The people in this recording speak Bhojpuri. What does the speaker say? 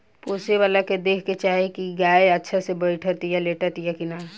पोसेवला के देखे के चाही की गाय अच्छा से बैठतिया, लेटतिया कि ना